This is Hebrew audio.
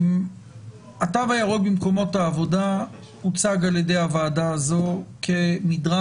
התו הירוק במקומות העבודה הוצג על-ידי הוועדה הזו כמדרג